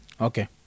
okay